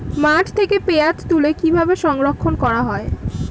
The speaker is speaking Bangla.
মাঠ থেকে পেঁয়াজ তুলে কিভাবে সংরক্ষণ করা হয়?